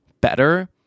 better